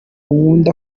nkunda